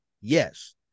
Yes